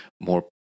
more